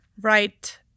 right